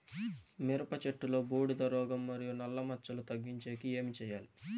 మిరప చెట్టులో బూడిద రోగం మరియు నల్ల మచ్చలు తగ్గించేకి ఏమి చేయాలి?